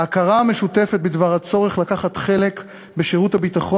ההכרה המשותפת בדבר הצורך לקחת חלק בשירות הביטחון